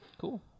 Cool